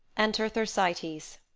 enter thersites achilles.